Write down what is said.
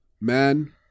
Man